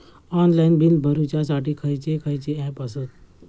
Online bill भरुच्यासाठी खयचे खयचे ऍप आसत?